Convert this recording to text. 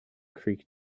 creek